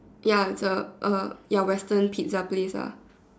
ya it's a a ya Western pizza place ah